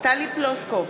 טלי פלוסקוב,